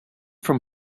from